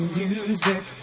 music